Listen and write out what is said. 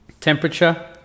Temperature